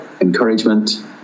encouragement